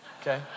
Okay